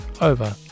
over